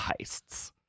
heists